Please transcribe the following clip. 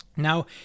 Now